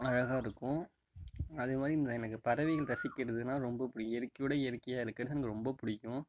அழகாக இருக்கும் அதேமாதிரி இந்த எனக்கு பறவைகள் ரசிக்கிறதுன்னா ரொம்ப பிடிக்கும் இயற்கையோட இயற்கையாக இருக்கிறது எனக்கு ரொம்ப பிடிக்கும்